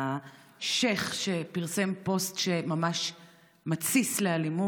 השייח' שפרסם פוסט שממש מתסיס לאלימות,